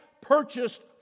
purchased